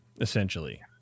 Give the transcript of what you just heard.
essentially